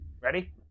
Ready